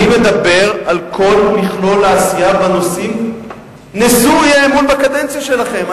אני מדבר על כל מכלול העשייה בנושאים של האי-אמון בקדנציה שלכם.